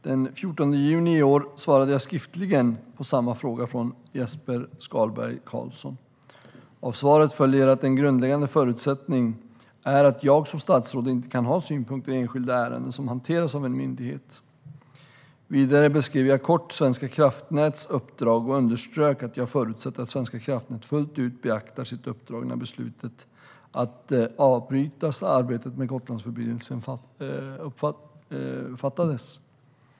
Den 14 juni i år svarade jag skriftligen på samma fråga från Jesper Skalberg Karlsson. Av svaret följer att en grundläggande förutsättning är att jag som statsråd inte kan ha synpunkter i enskilda ärenden som hanteras av en myndighet. Vidare beskrev jag kort Svenska kraftnäts uppdrag och underströk att jag förutsatte att Svenska kraftnät fullt ut hade beaktat sitt uppdrag när beslutet att avbryta arbetet med Gotlandsförbindelsen fattades.